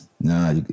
Nah